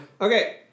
Okay